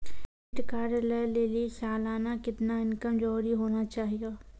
Credit card लय लेली सालाना कितना इनकम जरूरी होना चहियों?